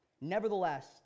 Nevertheless